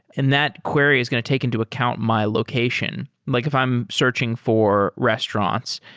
and that query is going to take into account my location. like if i'm searching for restaurants.